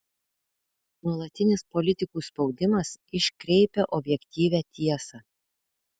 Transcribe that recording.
nuolatinis politikų spaudimas iškreipia objektyvią tiesą